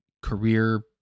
Career